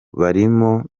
barimo